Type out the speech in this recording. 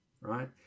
right